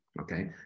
okay